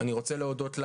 אני רוצה להודות לך,